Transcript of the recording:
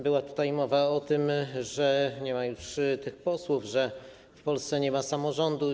Była tutaj mowa o tym - nie ma już tych posłów - że w Polsce nie ma samorządu.